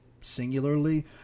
singularly